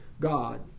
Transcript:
God